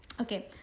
Okay